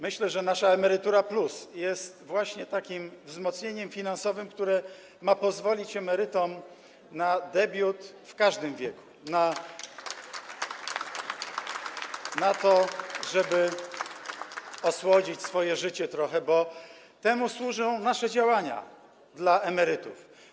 Myślę, że nasza „Emerytura+” jest właśnie takim wzmocnieniem finansowym, które ma pozwolić emerytom na debiut w każdym wieku, na to, żeby trochę osłodzić swoje życie - bo temu służą nasze działania na rzecz emerytów.